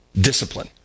discipline